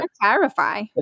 clarify